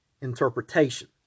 interpretation